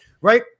Right